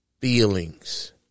feelings